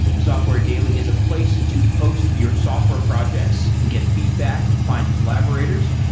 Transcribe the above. software daily is a place to post your software projects and get feedback and find collaborators.